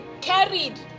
carried